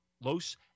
Los